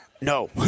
No